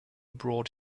brought